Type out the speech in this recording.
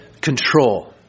control